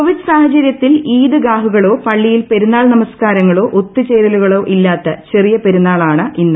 Covid സാഹചര്യത്തിൽ ഈദ്ഗാഹുകളോ പള്ളിയിൽ പെരുന്നാൾ നമസ്കാരങ്ങളോ ഒത്തുചേരലുകളോ ഇല്ലാത്ത ചെറിയ പെരുന്നാളാണ് ഇന്ന്